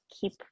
keep